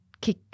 kick